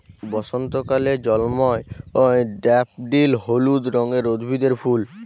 বসন্তকালে জল্ময় ড্যাফডিল হলুদ রঙের উদ্ভিদের ফুল